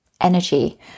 energy